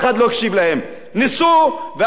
ניסו ואף אחד לא התעניין בהם.